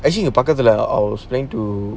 actually you I was going to